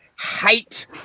hate